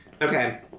Okay